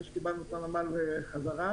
אחרי שקיבנו את הנמל חזרה.